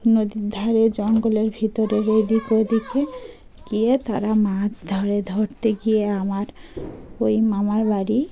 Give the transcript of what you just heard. নদীর ধারে জঙ্গলের ভিতরের এদিক ওদিকে গিয়ে তারা মাছ ধরে ধরতে গিয়ে আমার ওই মামার বাড়ি